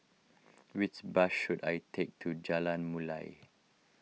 which bus should I take to Jalan Mulia